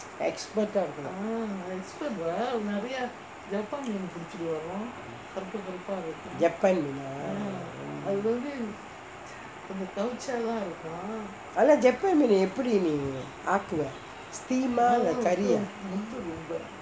expert ah இருக்கனும்:irukkanum japan மீனா அதா:meenaa athaa japan மீனு எப்டி நீ ஆக்குவே:meenu epdi nee aakkuvae steam ah இல்லே:illae curry ah